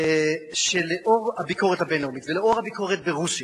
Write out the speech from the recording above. שלאור הביקורת הבין-לאומית, ולאור הביקורת ברוסיה,